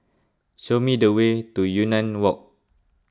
show me the way to Yunnan Walk